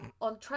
on